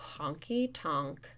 honky-tonk